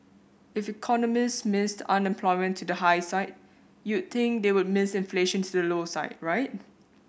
if economists missed unemployment to the high side you'd think they would miss inflation to the low side right